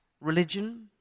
religion